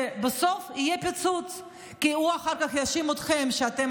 ובסוף יהיה פיצוץ כי הוא אחר כך יאשים אתכם שאתם